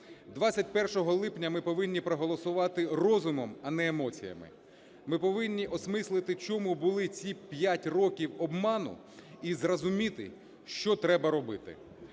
21 липня ми повинні проголосувати розумом, а не емоціями, ми повинні осмислити, чому були ці 5 років обману, і зрозуміти, що треба робити.